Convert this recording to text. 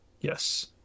Yes